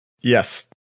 Yes